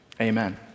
Amen